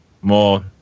more